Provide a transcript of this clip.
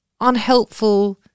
unhelpful